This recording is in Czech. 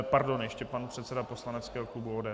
Pardon, ještě pan předseda poslaneckého klubu ODS.